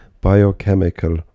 biochemical